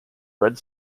red